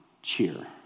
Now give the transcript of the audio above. cheer